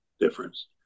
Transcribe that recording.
difference